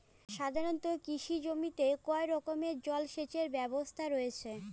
সাধারণত কৃষি জমিতে কয় রকমের জল সেচ ব্যবস্থা রয়েছে?